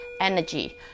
energy